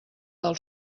del